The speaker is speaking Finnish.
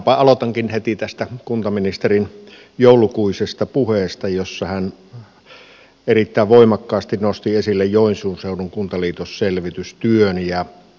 minäpä aloitankin heti tästä kuntaministerin joulukuisesta puheesta jossa hän erittäin voimakkaasti nosti esille joensuun seudun kuntaliitosselvitystyön